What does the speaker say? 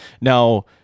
now